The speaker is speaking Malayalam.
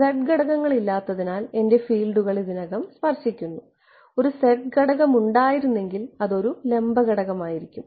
Z ഘടകങ്ങൾ ഇല്ലാത്തതിനാൽ എന്റെ ഫീൽഡുകൾ ഇതിനകം സ്പർശിക്കുന്നു ഒരു z ഘടകം ഉണ്ടായിരുന്നെങ്കിൽ അത് ഒരു ലംബ ഘടകം ആയിരിക്കും